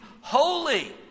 holy